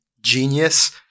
genius